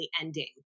ending